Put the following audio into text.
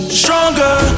stronger